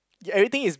everything is